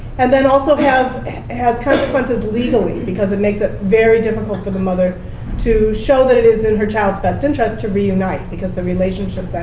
and then also has consequences legally, because it makes it very difficult for the mother to show that it is in her child's best interest to reunite, because the relationship,